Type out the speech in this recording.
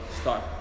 start